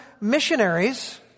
missionaries